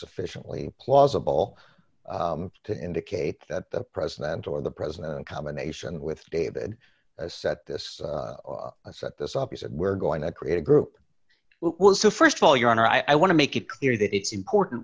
sufficiently plausible to indicate that the president or the president in combination with david set this set this up he said we're going to create a group who will so st of all your honor i want to make it clear that it's important